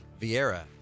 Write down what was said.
Vieira